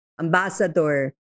Ambassador